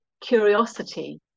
curiosity